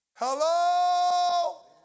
Hello